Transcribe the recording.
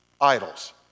idols